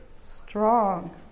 strong